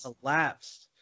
collapsed